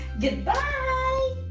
Goodbye